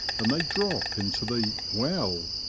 and they drop into the well.